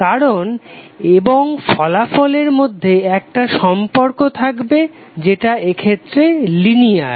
কারণ এবং ফলাফলের মধ্যে একটা সম্পর্ক থাকবে যেটা এক্ষেত্রে লিনিয়ার